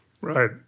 Right